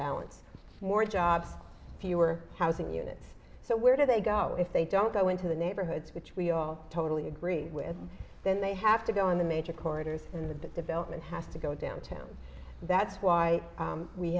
balance more jobs fewer housing units so where do they go if they don't go into the neighborhoods which we all totally agree with then they have to go in the major corridors in the development has to go downtown that's why